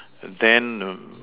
then